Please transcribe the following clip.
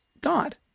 God